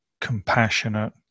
compassionate